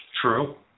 true